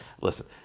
Listen